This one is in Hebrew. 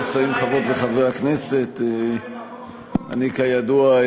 כבוד השרים, חברות וחברי הכנסת, אני, כידוע,